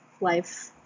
life